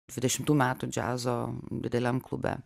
dvidešimtų metų džiazo dideliam klube